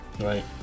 right